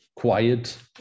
quiet